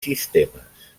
sistemes